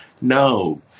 No